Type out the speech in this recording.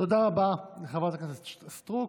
תודה רבה לחברת הכנסת סטרוק.